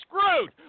screwed